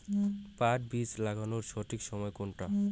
পাট বীজ লাগানোর সঠিক সময় কোনটা?